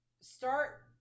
start